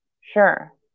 Sure